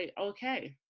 okay